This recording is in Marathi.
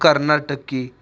कर्नाटकी